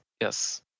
Yes